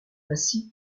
ainsi